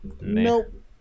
Nope